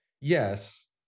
Yes